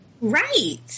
right